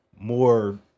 more